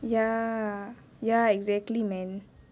ya ya exactly man